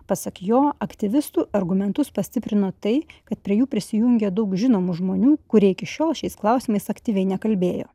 pasak jo aktyvistų argumentus pastiprino tai kad prie jų prisijungė daug žinomų žmonių kurie iki šiol šiais klausimais aktyviai nekalbėjo